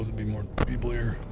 be more people here.